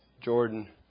Jordan